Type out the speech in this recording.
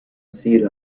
سیر